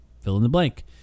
fill-in-the-blank